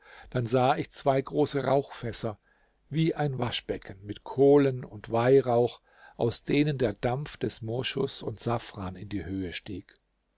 dann sah ich zwei große rauchfässer wie ein waschbecken mit kohlen und weihrauch aus denen der dampf des moschus und safran in die höhe stieg